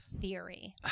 Theory